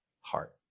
heart